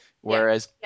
whereas